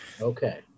okay